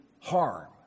harm